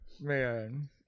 Man